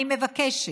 אני מבקשת,